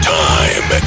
time